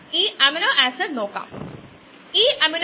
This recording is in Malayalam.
അത് മനസിലാക്കാൻ ഞാൻ നിങ്ങളെ അനുവദിക്കും